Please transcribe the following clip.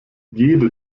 jede